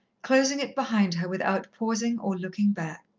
closing it behind her without pausing or looking back.